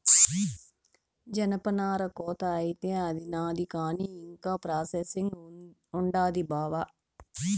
జనపనార కోత అయితే అయినాది కానీ ఇంకా ప్రాసెసింగ్ ఉండాది బావా